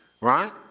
right